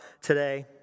today